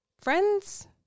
friends